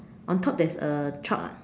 on top there is a truck ah